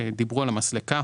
כשדיברו על המסלקה,